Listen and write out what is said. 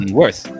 worth